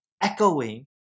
echoing